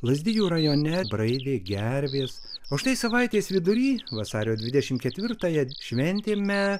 lazdijų rajone braidė gervės o štai savaitės vidury vasario dvidžšimt ketvirtąją šventėme